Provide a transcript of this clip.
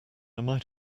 might